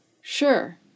Sure